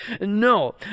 No